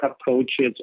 approaches